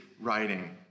writing